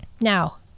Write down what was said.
Now